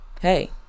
Hey